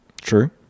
True